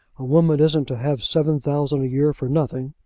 a woman isn't to have seven thousand a year for nothing.